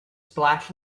splash